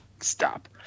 Stop